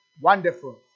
Wonderful